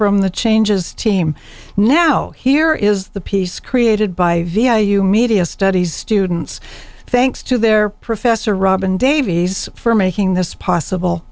from the changes team now here is the piece created by vi you media studies students thanks to their professor robin davies for making this possible